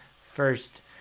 first